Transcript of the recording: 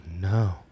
no